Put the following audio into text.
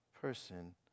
person